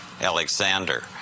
Alexander